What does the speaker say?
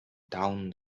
down